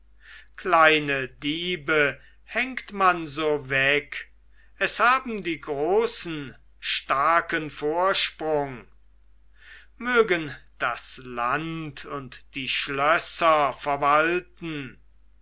kleine diebe hängt man so weg es haben die großen starken vorsprung mögen das land und die schlösser verwalten